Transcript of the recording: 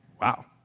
Wow